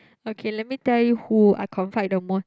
okay let me tell you who I confide the most